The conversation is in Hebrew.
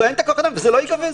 אין כוח אדם וזה לא ייגבה.